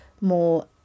more